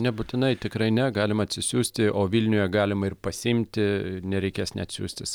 nebūtinai tikrai ne galima atsisiųsti o vilniuje galima ir pasiimti nereikės net siųstis